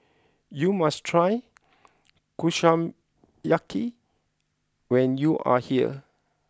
you must try Kushiyaki when you are here